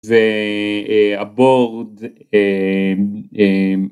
זה הבורד